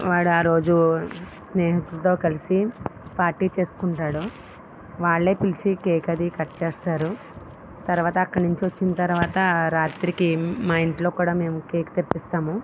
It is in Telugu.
వాడు ఆ రోజు స్నేహితులతో కలిసి పార్టీ చేసుకుంటాడు వాళ్ళు పిలిచి కేక్ అది కట్ చేస్తారు తర్వాత అక్కడి నుంచి వచ్చిన తర్వాత రాత్రికి మా ఇంట్లో కూడా మేమ కేక్ తెప్పిస్తాము